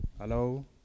Hello